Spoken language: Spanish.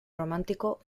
romántico